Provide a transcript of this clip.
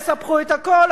תספחו את הכול,